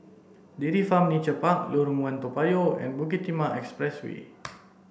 Dairy Farm Nature Park Lorong One Toa Payoh and Bukit Timah Expressway